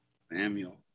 Samuel